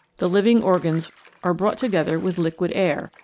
the living organs are brought together with liquid air,